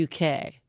uk